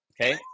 Okay